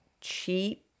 cheap